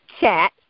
chat